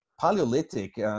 Paleolithic